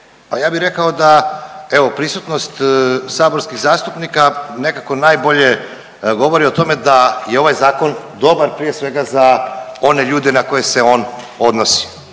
ja bi rekao da evo prisutnost saborskih zastupnika nekako najbolje govori o tome da je ovaj zakon dobar prije svega za one ljude na koje se on odnosi.